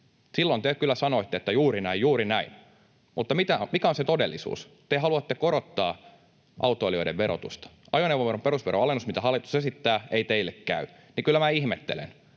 silloin te kyllä sanoitte, että ”juuri näin, juuri näin”, mutta mikä on se todellisuus: te haluatte korottaa autoilijoiden verotusta. Kun ajoneuvoveron perusveron alennus, mitä hallitus esittää, ei teille käy, niin kyllä minä ihmettelen.